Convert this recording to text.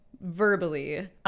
verbally